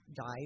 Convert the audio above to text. died